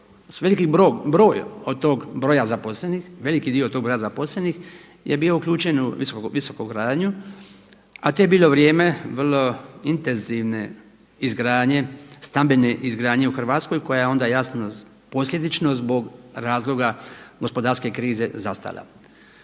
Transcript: veliki dio od toga broja zaposlenih je bio uključen u visokogradnju, a to je bilo vrijeme vrlo intenzivne izgradnje stambene izgradnje u Hrvatskoj koja je onda jasno posljedično zbog razloga gospodarske krize zastala.